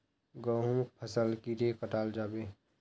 गहुम फसल कीड़े कटाल जाबे?